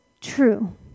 true